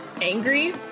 angry